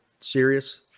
Serious